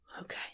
Okay